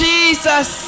Jesus